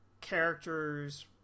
characters